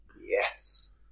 Yes